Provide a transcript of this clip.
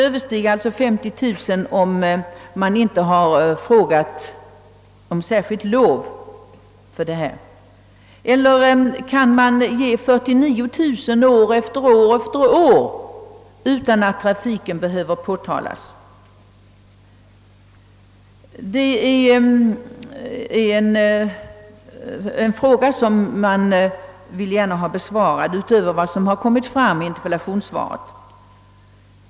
Kan man ta emot 49 000 kronor år efter år utan att behöva be Kungl. Maj:t om lov? Det är en fråga som man gärna vill ha besvarad, utöver vad som har kommit fram i interpellationssvaret.